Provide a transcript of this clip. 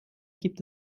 gibt